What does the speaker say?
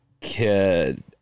kid